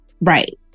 Right